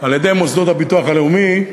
על-ידי המוסד לביטוח לאומי,